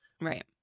Right